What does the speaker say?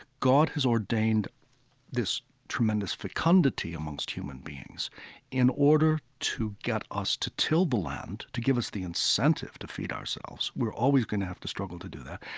god has ordained this tremendous fecundity amongst human beings in order to get us to till the land, to give us the incentive to feed ourselves. we're always going to have to struggle to do that.